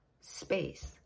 space